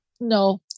No